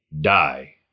die